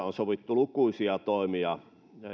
on sovittu lukuisia toimia